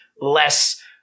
less